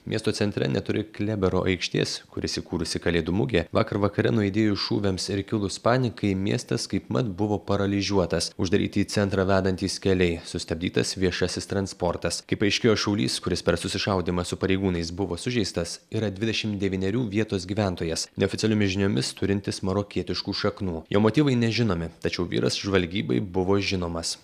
miesto centre netoli klebero aikštės kur įsikūrusi kalėdų mugė vakar vakare nuaidėjus šūviams ir kilus panikai miestas kaipmat buvo paralyžiuotas uždaryti į centrą vedantys keliai sustabdytas viešasis transportas kaip paaiškėjo šaulys kuris per susišaudymą su pareigūnais buvo sužeistas yra dvidešim devynerių vietos gyventojas neoficialiomis žiniomis turintis marokietiškų šaknų jo motyvai nežinomi tačiau vyras žvalgybai buvo žinomas